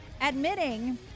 admitting